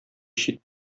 чит